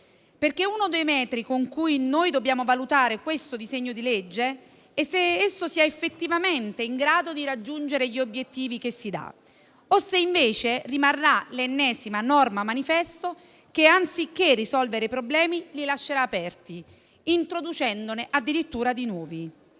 perché uno dei metri con cui noi dobbiamo valutare questo disegno di legge è se esso sia effettivamente in grado di raggiungere gli obiettivi che si dà o se, invece, rimarrà l'ennesima norma manifesto, che anziché risolvere i problemi li lascerà aperti, introducendone addirittura di nuovi.